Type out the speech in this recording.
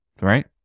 Right